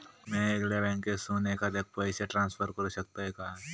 म्या येगल्या बँकेसून एखाद्याक पयशे ट्रान्सफर करू शकतय काय?